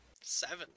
Seven